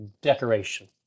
decoration